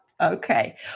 Okay